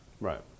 Right